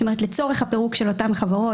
זאת אומרת שלצורך החברה של אותן חברות,